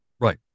Right